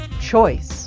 choice